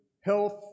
health